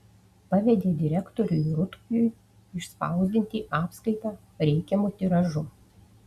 pavedė direktoriui rutkiui išspausdinti apskaitą reikiamu tiražu